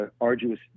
arduous